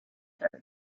desert